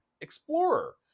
Explorer